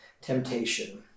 temptation